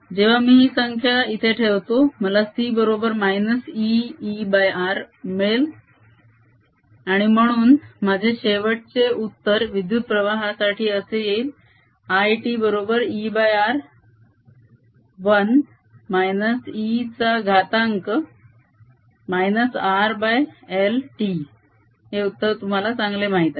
जेव्हा मी ही संख्या इथे ठेवतो मला C बरोबर -eER मिळेल आणि म्हणून माझे शेवटचे उत्तर विद्युत प्रवाहासाठी असे येईल I t बरोबर ER 1 -e चा घातांक -RL t हे उत्तर तुम्हाला चांगले माहित आहे